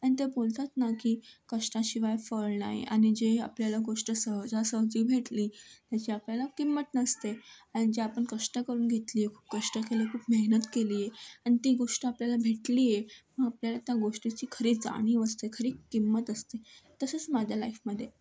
आणि त्या बोलतात ना की कष्टाशिवाय फळ नाही आणि जे आपल्याला गोष्ट सहजासहजी भेटली त्याची आपल्याला किंमत नसते आणि जी आपण कष्ट करून घेतली आहे खूप कष्ट केली खूप मेहनत केली आहे आणि ती गोष्ट आपल्याला भेटली आहे मग आपल्याला त्या गोष्टीची खरी जाणीव असते खरी किंमत असते तसंच माझ्या लाईफमध्ये आहे